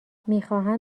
میخواهند